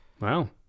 Wow